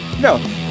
No